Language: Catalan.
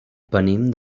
venim